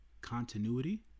continuity